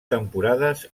temporades